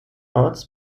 orts